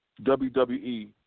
WWE